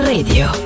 Radio